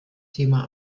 thema